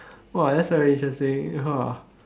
!wah! that's very interesting !wah!